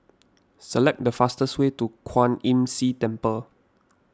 select the fastest way to Kwan Imm See Temple